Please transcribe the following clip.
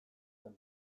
zen